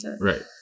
Right